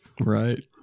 Right